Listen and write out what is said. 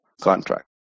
contract